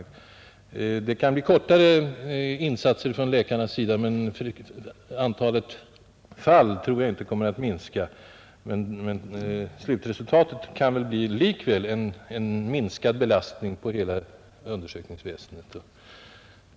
Det kan kanske i stället bli kortare insatser från läkarnas sida i varje särskilt fell, medan antalet fall väl får antas inte komma att minska utan i stället öka. Slutresultatet kan likväl därmed bli en minskad totalbelastning på undersökningsväsendet.